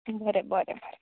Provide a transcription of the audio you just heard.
बरें बरें